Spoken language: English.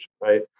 right